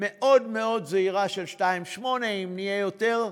מאוד מאוד זהירה של 2.8, ואם יהיה יותר,